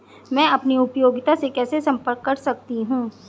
मैं अपनी उपयोगिता से कैसे संपर्क कर सकता हूँ?